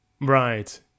Right